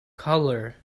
colour